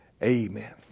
Amen